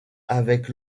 avec